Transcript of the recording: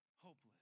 hopeless